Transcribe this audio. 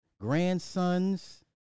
grandsons